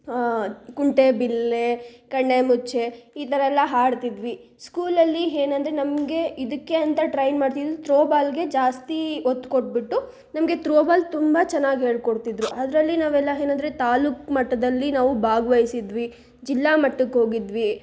ಕುಂಟೆಬಿಲ್ಲೆ ಕಣ್ಣಾಮುಚ್ಚೆ ಈ ಥರ ಎಲ್ಲ ಆಡ್ತಿದ್ವಿ ಸ್ಕೂಲಲ್ಲಿ ಏನಂದ್ರೆ ನಮಗೆ ಇದಕ್ಕೆ ಅಂತ ಟ್ರೈ ಮಾಡ್ತಿದ್ದು ತ್ರೋಬಾಲಿಗೆ ಜಾಸ್ತಿ ಒತ್ತು ಕೊಟ್ಟುಬಿಟ್ಟು ನಮಗೆ ತ್ರೋಬಾಲ್ ತುಂಬ ಚೆನ್ನಾಗಿ ಹೇಳಿಕೊಡ್ತಿದ್ರು ಅದರಲ್ಲಿ ನಾವೆಲ್ಲ ಏನಂದ್ರೆ ತಾಲೂಕು ಮಟ್ಟದಲ್ಲಿ ನಾವು ಭಾಗ್ವಸಿದ್ವಿ ಜಿಲ್ಲಾ ಮಟ್ಟಕ್ಕೆ ಹೋಗಿದ್ವಿ